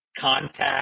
Contact